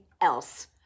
else